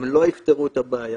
הם לא יפתרו את הבעיה.